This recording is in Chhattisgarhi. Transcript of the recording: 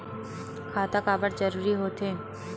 खाता काबर जरूरी हो थे?